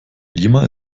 lima